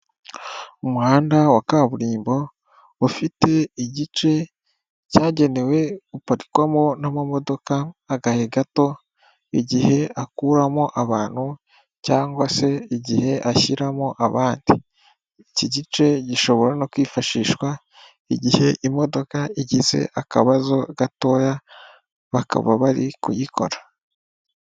Umuhanda wa kaburimbo ufite igice cyagenewe guparikwamo n'amamodoka agahe gato igihe akuramo abantu cyangwa se igihe ashyiramo abandi. Iki gice gishobora no kwifashishwa igihe imodoka igize akabazo gatoya bakaba bari kuyikora.